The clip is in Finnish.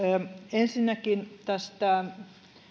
ensinnäkin tästä